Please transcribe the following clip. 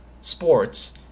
sports